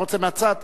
אתה רוצה מהצד?